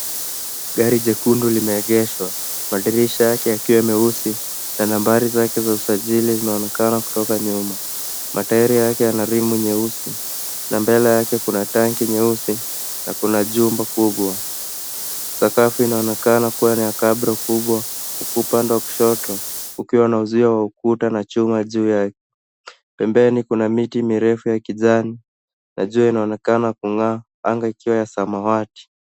Gari jekundu limeegeshwa. Madirisha yake yakiwa meusi na nambari zake za kusajili zinaonekana kutoka nyuma. Matairi yake yana rimu nyeusi na mbeleyake kuna tanki nyeusi na kuna jumba kubwa. Sakafu inaonekana kuwa ni ya cabro kubwa. Upande wa kushoto ukiwa na uzio wa ukuta na chuma juu yake. Pembeni kuna miti mirefu ya kijani na jua inaonekana kung'aa anga ikiwa ya samawati.